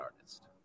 artist